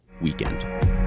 weekend